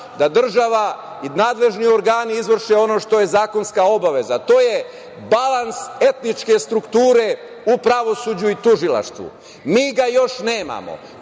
da država i nadležni organi izvrše ono što je zakonska obaveza, a to je balans etničke strukture u pravosuđu i tužilaštvu. Mi ga još nemamo,